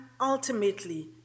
ultimately